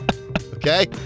Okay